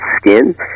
skin